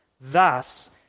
Thus